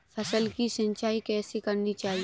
फसल की सिंचाई कैसे करनी चाहिए?